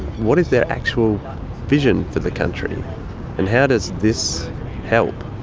what is their actual vision for the country and how does this help?